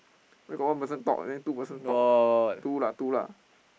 where got one person talk then two person talk two lah two lah